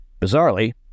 Bizarrely